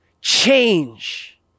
change